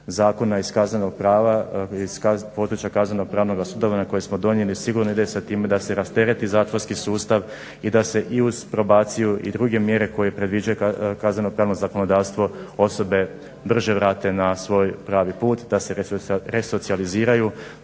zakona iz kaznenog prava, iz područja kazneno-pravnog sudovanja sigurno ide sa time da se rastereti zatvorski sustav i da se i uz probaciju i druge mjere koje predviđa kazneno-pravno zakonodavstvo osobe brže vrate na svoj pravi put, da se resocijaliziraju,